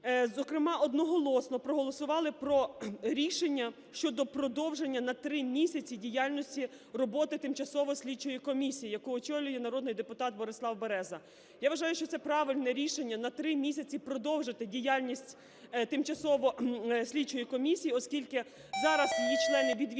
зокрема, одноголосно проголосували рішення щодо продовження на 3 місяці діяльності роботи тимчасової слідчої комісії, яку очолює народний депутат Борислав Береза. Я вважаю, що це правильне рішення: на 3 місяці продовжити діяльність тимчасової слідчої комісії, оскільки зараз її члени відвідали